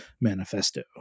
manifesto